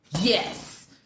Yes